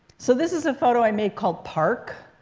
so this is a photo i made called park.